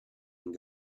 and